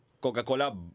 Coca-Cola